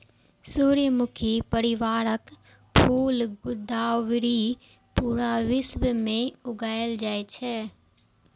सूर्यमुखी परिवारक फूल गुलदाउदी पूरा विश्व मे उगायल जाए छै